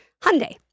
Hyundai